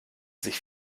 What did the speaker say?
sich